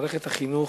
מערכת החינוך,